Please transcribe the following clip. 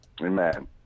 Amen